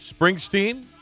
Springsteen